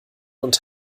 und